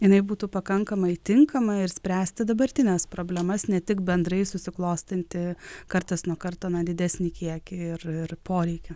jinai būtų pakankamai tinkama ir spręsti dabartines problemas ne tik bendrai susiklostanti kartas nuo kartona didesnį kiekį ir poreikio